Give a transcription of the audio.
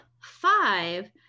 five